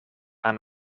aan